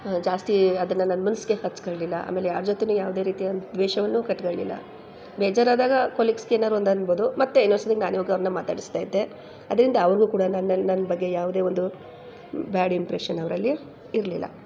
ಜಾಸ್ತಿ ಅದನ್ನು ನಾನು ಮನ್ಸಿಗೆ ಹಚ್ಕೊಂಡಿಲ್ಲ ಆಮೇಲೆ ಯಾರ ಜೊತೆಯೂ ಯಾವುದೇ ರೀತಿಯ ದ್ವೇಷವನ್ನೂ ಕಟ್ಕೊಂಡಿಲ್ಲ ಬೇಜಾರಾದಾಗ ಕೊಲೀಗ್ಸ್ಗೇನಾದ್ರು ಒಂದು ಅನ್ಬೋದು ಮತ್ತೆ ಇನ್ನೊಂದ್ಸರಿ ನಾನೇ ಹೋಗಿ ಅವ್ರನ್ನ ಮಾತಾಡ್ಸ್ತಾಯಿದ್ದೆ ಅದರಿಂದ ಅವ್ರಿಗೂ ಕೂಡ ನನ್ನ ನನ್ನ ಬಗ್ಗೆ ಯಾವುದೇ ಒಂದು ಬ್ಯಾಡ್ ಇಂಪ್ರೆಷನ್ ಅವರಲ್ಲಿ ಇರಲಿಲ್ಲ